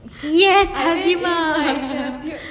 yes hazimah